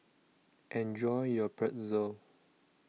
Enjoy your Pretzel